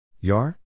Yar